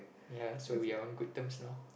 ya so we are on good terms now